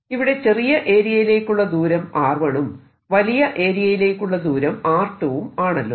ഇവിടെ ചെറിയ ഏരിയയിലേക്കുള്ള ദൂരം r1 ഉം വലിയ ഏരിയയിലേക്കുള്ള ദൂരം r2 ഉം ആണല്ലോ